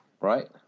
Right